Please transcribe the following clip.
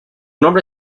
nombre